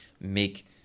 make